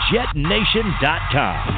JetNation.com